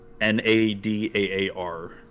N-A-D-A-A-R